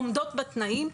עומדות בתנאים,